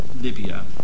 Libya